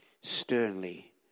sternly